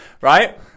Right